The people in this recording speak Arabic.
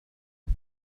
ذلك